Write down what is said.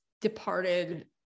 departed